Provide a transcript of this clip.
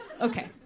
Okay